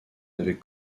avait